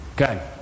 Okay